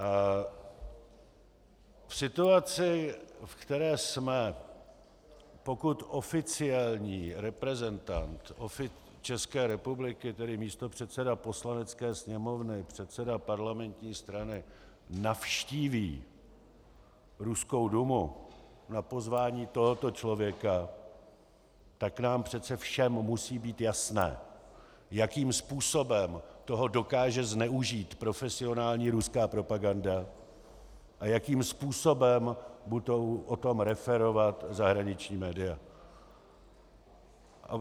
V situaci, v které jsme, pokud oficiální reprezentant České republiky, tedy místopředseda Poslanecké sněmovny, předseda parlamentní strany, navštíví ruskou Dumu na pozvání tohoto člověka, tak nám přece všem musí být jasné, jakým způsobem toho dokáže zneužít profesionální ruská propaganda a jakým způsobem o tom budou referovat zahraniční média.